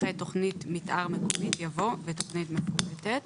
אחרי "תכנית מתאר מקומית" יבוא "ותכנית מפורטת".